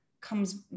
comes